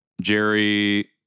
Jerry